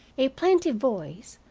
a plaintive voice,